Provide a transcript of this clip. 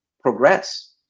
progress